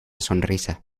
sonrisa